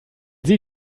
sie